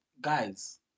guys